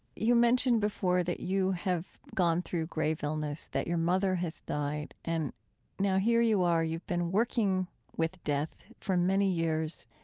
you mentioned before that you have gone through grave illness, that your mother has died, and now, here you are, you've been working with death for many years.